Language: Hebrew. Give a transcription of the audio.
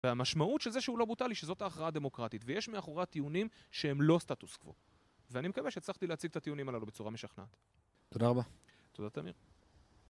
והמשמעות של זה שהוא לא ברוטלי, שזאת ההכרעה הדמוקרטית ויש מאחורי הטיעונים שהם לא סטטוס קבוע ואני מקווה שהצלחתי להציג את הטיעונים הללו בצורה משכנעת תודה רבה תודה תמיר